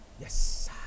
Yes